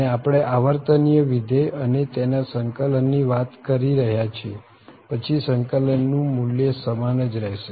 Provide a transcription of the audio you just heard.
અને આપણે આવર્તનીય વિધેય અને તેના સંકલન ની વાત કરી રહ્યા છીએ પછી સંકલન નું મુલ્ય સમાન જ રહેશે